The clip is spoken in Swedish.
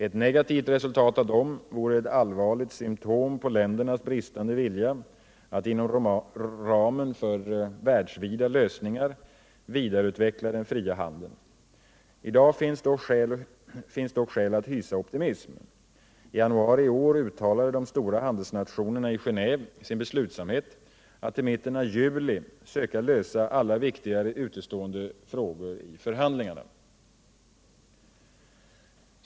Ett negativt resultat av dem vore ett allvarligt symptom på ländernas bristande vilja att inom ramen för världsvida lösningar vidareutveckla den fria handeln. I dag finns dock skäl att hysa optimism. I januari i år uttalade de stora handelsnationerna i Genéve sin beslutsamhet att till mitten av juli söka lösa alla viktigare utestående frågor i förhandlingarna.